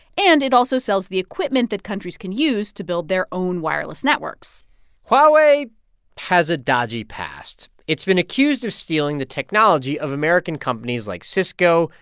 and it also sells the equipment that countries can use to build their own wireless networks huawei has a dodgy past. it's been accused of stealing the technology of american companies like cisco,